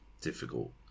difficult